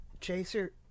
Chaser